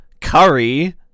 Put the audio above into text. Curry